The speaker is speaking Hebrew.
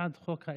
בעד חוק האזרחות,